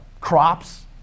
crops